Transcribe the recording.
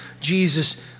Jesus